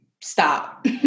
stop